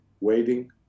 Waiting